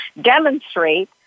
demonstrate